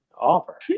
offer